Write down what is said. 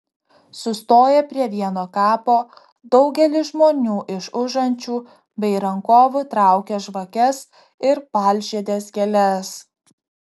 sustoję prie vieno kapo daugelis žmonių iš užančių bei rankovių traukia žvakes ir baltžiedes gėles